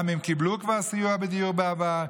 גם אם כבר קיבלו סיוע בדיור בעבר,